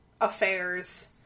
affairs